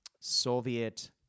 Soviet